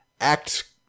act